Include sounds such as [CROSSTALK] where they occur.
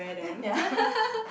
ya [LAUGHS]